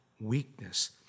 weakness